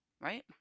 right